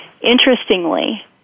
Interestingly